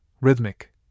rhythmic